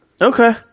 Okay